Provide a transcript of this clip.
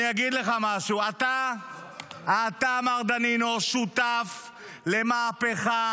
אני אגיד לך משהו: אתה, מר דנינו, שותף למהפכה